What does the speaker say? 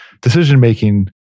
decision-making